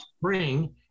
spring